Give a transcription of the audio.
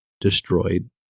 destroyed